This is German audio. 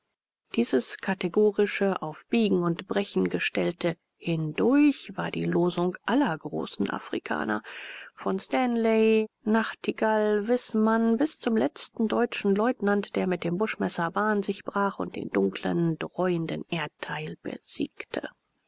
dieses kategorische auf biegen und brechen gestellte hindurch war die losung aller großen afrikaner von stanley nachtigal wißmann bis zum letzten deutschen leutnant der mit dem buschmesser bahn sich brach und den dunklen dräuenden erdteil besiegte